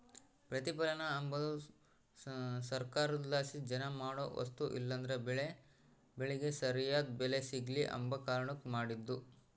ಪ್ರತಿಪಲನ ಅಂಬದು ಸರ್ಕಾರುದ್ಲಾಸಿ ಜನ ಮಾಡೋ ವಸ್ತು ಇಲ್ಲಂದ್ರ ಬೆಳೇ ಬೆಳಿಗೆ ಸರ್ಯಾದ್ ಬೆಲೆ ಸಿಗ್ಲು ಅಂಬ ಕಾರಣುಕ್ ಮಾಡಿದ್ದು